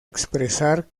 expresar